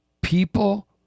people